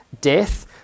death